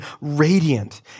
radiant